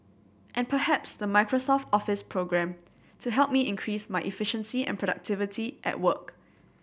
and perhaps the Microsoft Office programme to help me increase my efficiency and productivity at work